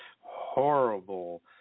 horrible